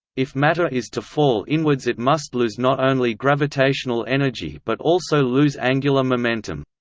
if matter is to fall inwards it must lose not only gravitational energy but also lose angular momentum.